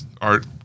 art